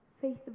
faith